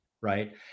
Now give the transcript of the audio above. right